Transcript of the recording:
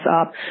up